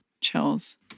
Chills